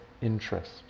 interest